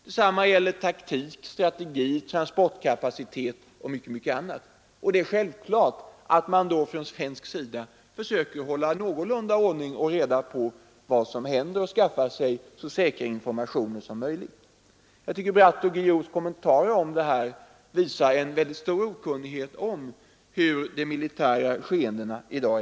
Detsamma gäller taktik, transportkapacitet och mycket, mycket annat. Det är självklart att man då från svensk sida försöker hålla någorlunda ordning och reda på vad som händer och försöker skaffa sig så säkra informationer som möjligt. Jag tycker att Peter Bratts och Jan Guillous kommentarer om detta visar stor okunnighet om den militära verkligheten i dag.